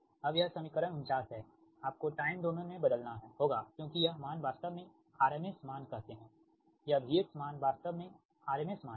अब यह समीकरण 49 है आपको टाइम डोमेन में बदलना होगा क्योंकि यह मान वास्तव में RMS मान कहते है यह V मान वास्तव में RMS मान है